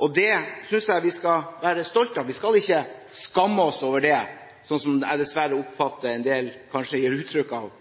og det synes jeg vi skal være stolte av. Vi skal ikke skamme oss over det, sånn som jeg dessverre oppfatter en del kanskje gir uttrykk for